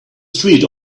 street